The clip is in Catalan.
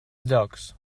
llocs